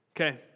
Okay